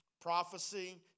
Prophecy